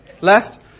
Left